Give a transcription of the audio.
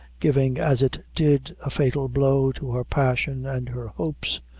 giving as it did, a fatal blow to her passion and her hopes,